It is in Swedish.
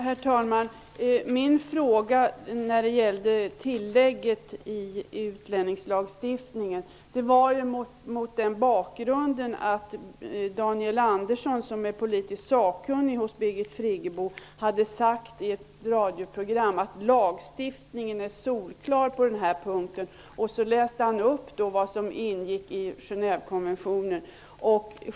Herr talman! Min fråga om tillägg till utlänningslagstiftningen ställdes mot den bakgrunden att Daniel Anderson, som är politiskt sakkunnig hos Birgit Friggebo, i ett radioprogram har sagt att lagstiftningen är solklar på denna punkt och därvid även läste upp vad som ingår i Genèvekonventionen.